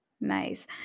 Nice